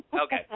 Okay